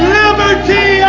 liberty